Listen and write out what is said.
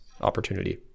opportunity